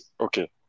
Okay